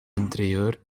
interieur